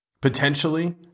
potentially